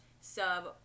sub